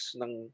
ng